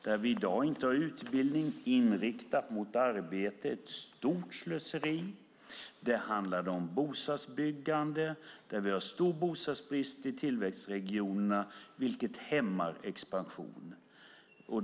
Vi har i dag ingen utbildning inriktad mot arbete. Det är ett stort slöseri. Det handlade om bostadsbyggande. Vi har stor bostadsbrist i tillväxtregionerna, vilket hämmar expansion.